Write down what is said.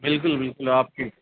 بالکل بالکل آپ کی